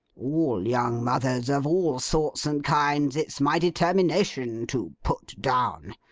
all young mothers, of all sorts and kinds, it's my determination to put down.